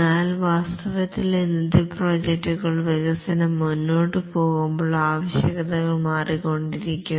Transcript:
എന്നാൽ വാസ്തവത്തിൽ ഇന്നത്തെ പ്രോജക്ടുകൾ വികസനം മുന്നോട്ട് പോകുമ്പോൾ ആവശ്യകതകൾ മാറിക്കൊണ്ടിരിക്കും